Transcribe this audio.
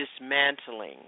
dismantling